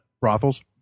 brothels